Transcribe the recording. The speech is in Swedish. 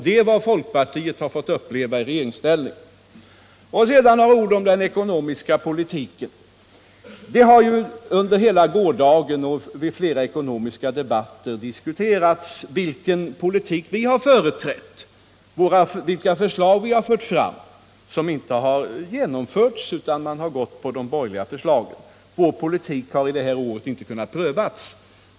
Det är vad folkpartiet har fått uppleva i regeringsställning. Sedan några ord om den ekonomiska politiken. Under hela gårdagen och vid flera ekonomiska debatter har den politik vi företrätt diskuterats. Man har diskuterat våra förslag, förslag som inte har genomförts, därför att man röstat på de borgerliga förslagen. Vår politik har därför under det här året inte kunnat prövas.